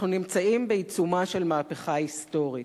אנחנו נמצאים בעיצומה של מהפכה היסטורית.